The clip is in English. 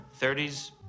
30s